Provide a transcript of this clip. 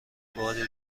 باری